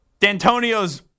D'Antonio's